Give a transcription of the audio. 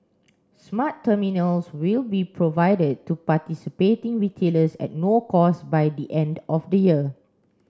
smart terminals will be provided to participating retailers at no cost by the end of the year